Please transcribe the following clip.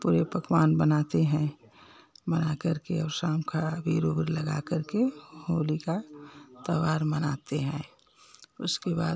पूरे पकवान बनाते हैं बना कर के और शाम का अबीर ओबीर लगा कर के होली का त्योहार मनाते हैं उसके बाद